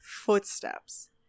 Footsteps